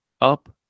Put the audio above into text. up